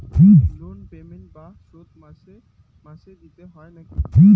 loan payment বা শোধ মাসে মাসে দিতে হই থাকি